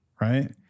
Right